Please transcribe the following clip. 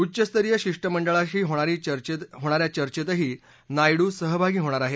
उच्चस्तरीय शिष्टमंडळाशी होणा या चर्चेतही नायडू सहभागी होणार आहेत